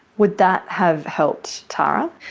would that have helped tara?